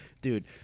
Dude